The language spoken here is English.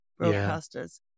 Broadcasters